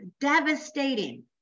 Devastating